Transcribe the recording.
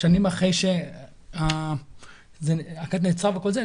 שנים אחרי שהכת נעצרה וכל זה,